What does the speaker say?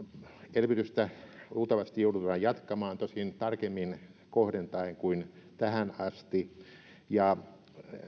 elvytystä luultavasti joudutaan jatkamaan tosin tarkemmin kohdentaen kuin tähän asti ja